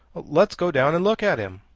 let's go down and look at him.